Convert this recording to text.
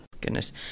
Goodness